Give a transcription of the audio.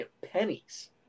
pennies